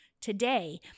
Today